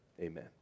Amen